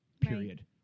Period